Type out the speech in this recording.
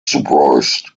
surprised